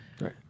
Right